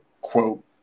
quote